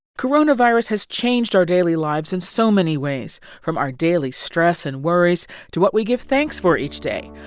coronavirus has changed our daily lives in so many ways, from our daily stress and worries to what we give thanks for each day,